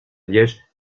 liège